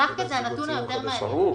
דווקא זה הנתון היותר מעניין.